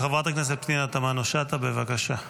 חברת הכנסת פנינה תמנו שטה, בבקשה.